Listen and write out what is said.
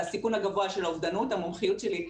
והסיכון הגבוה של האובדנות - המומחיות שלי,